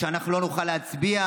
שאנחנו לא נוכל להצביע?